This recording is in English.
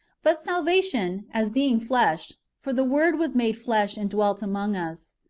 but salvation, as being flesh for the word was made flesh, and dwelt among us.